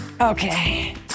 Okay